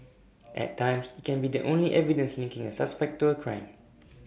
at times IT can be the only evidence linking A suspect to A crime